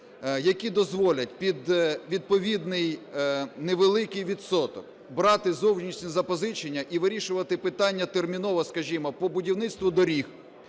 які дозволять під відповідний невеликий відсоток брати зовнішні запозичення і вирішувати питання терміново, скажімо, по будівництву доріг.